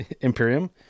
Imperium